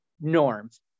norms